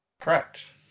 Correct